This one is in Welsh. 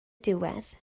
diwedd